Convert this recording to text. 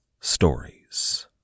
stories